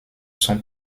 son